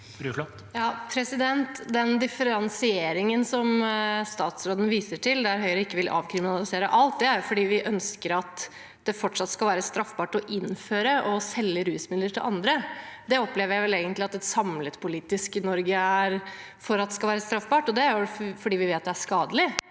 gjelder den differensieringen som statsråden viser til, der Høyre ikke vil avkriminalisere alt, er det jo fordi vi ønsker at det fortsatt skal være straffbart å innføre og å selge rusmidler til andre. Det opplever jeg vel egentlig at et samlet politisk Norge er for at skal være straffbart, og det er vel fordi vi vet det er skadelig.